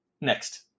next